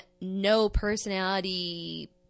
no-personality